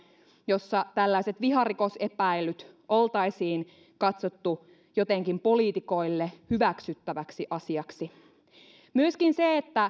jossa tällaiset viharikosepäilyt oltaisiin katsottu jotenkin poliitikoille hyväksyttäväksi asiaksi myöskin se